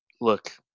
look